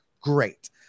Great